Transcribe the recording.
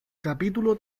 capítulo